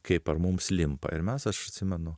kaip ar mums limpa ir mes aš atsimenu